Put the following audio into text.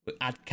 add